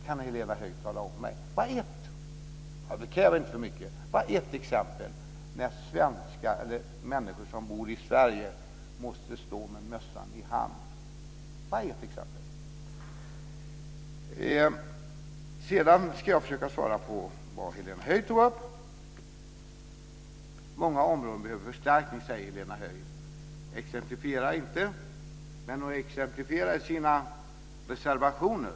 Kan Helena Höij ge mig ett exempel på när människor som bor i Sverige måste stå med mössan i hand? Jag kräver inte så mycket - bara ett exempel. Sedan ska jag försöka svara på Helena Höijs frågor. Helena Höij säger att många områden behöver förstärkningar, men hon exemplifierar inte. Däremot exemplifierar hon i sina reservationer.